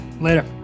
Later